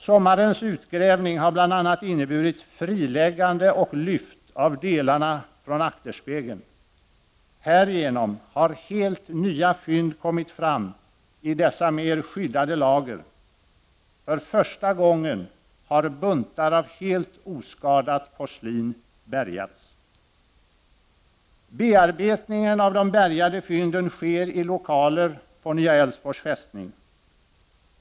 Sommarens utgrävning har bl.a. inneburit friläggande och lyft av delarna från akterspegeln. Härigenom har helt nya fynd kommit fram i dessa mer skyddade lager. För första gången har mängder av helt oskadat porslin bärgats. Bearbetningen av de bärgade fynden sker i lokaler på Nya Älvsborgs fästning.